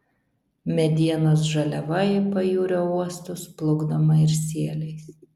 medienos žaliava į pajūrio uostus plukdoma ir sieliais